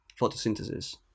photosynthesis